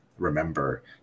Remember